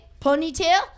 ponytail